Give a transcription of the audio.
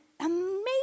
amazing